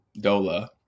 DOLA